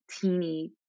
teeny